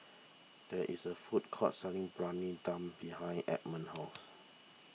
there is a food court selling Briyani Dum behind Edmond's house